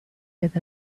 with